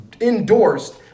endorsed